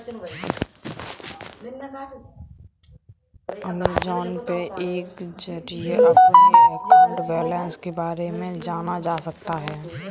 Amazon Pay के जरिए अपने अकाउंट बैलेंस के बारे में जाना जा सकता है